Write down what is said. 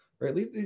Right